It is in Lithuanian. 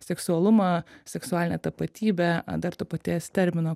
seksualumą seksualinę tapatybę dar to paties termino